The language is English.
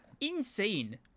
insane